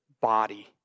body